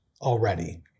already